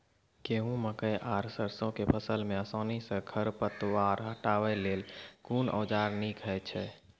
गेहूँ, मकई आर सरसो के फसल मे आसानी सॅ खर पतवार हटावै लेल कून औजार नीक है छै?